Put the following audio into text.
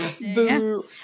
Boo